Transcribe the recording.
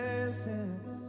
presence